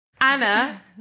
Anna